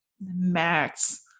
max